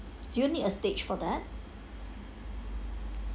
do you need a stage for that